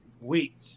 week